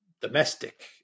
domestic